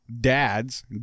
dads